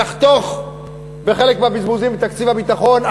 תחתוך בחלק מהבזבוזים בתקציב הביטחון,